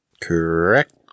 Correct